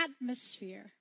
atmosphere